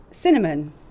cinnamon